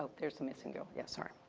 ah there's the missing go. yes, sorry.